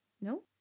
No